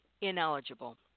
ineligible